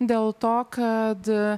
dėl to kad